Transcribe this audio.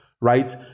right